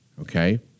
okay